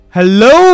Hello